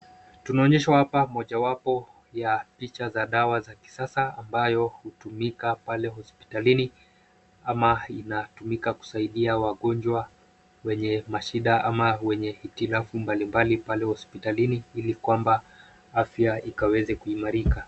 Tunaonyeshwa hapa mojawapo ya picha za dawa za kisasa ambayo hutumika pale hospitalini ama inatumika kusaidia wagonjwa wenye mashida ama wenye hitilafu mbalimbali pale hospitalini ili kwamba afya ikaweze kuimarika.